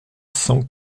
cent